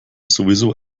sowieso